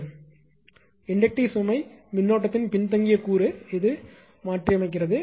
தூண்டல்இண்டக்ட்டிவ் சுமை மின்னோட்டத்தின் பின்தங்கிய கூறு இது மாற்றியமைக்கிறது